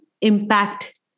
impact